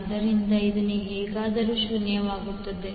ಆದ್ದರಿಂದ ಇದು ಹೇಗಾದರೂ ಶೂನ್ಯವಾಗುತ್ತದೆ